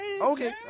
Okay